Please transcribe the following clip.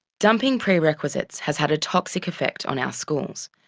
dumping prerequisites has had a toxic effect on our schools.